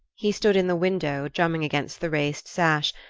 he stood in the window, drumming against the raised sash,